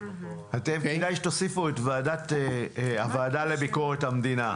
אתם כדאי שתוסיפו את הועדה לביקורת המדינה.